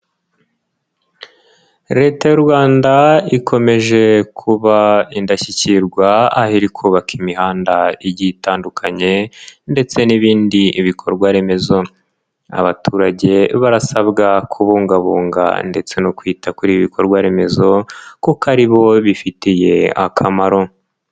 Leta y'u Rwanda ikomeje kuba indashyikirwa, aho iri kubaka imihanda igiye itandukanye ndetse n'ibindi bikorwaremezo. Abaturage barasabwa kubungabunga ndetse no kwita kuri ibi bikorwaremezo kuko ari bo bifitiye akamaro.